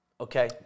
Okay